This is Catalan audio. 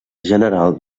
general